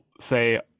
say